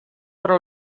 però